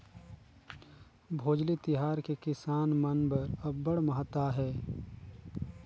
भोजली तिहार के किसान मन बर अब्बड़ महत्ता हे